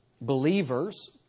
believers